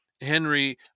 Henry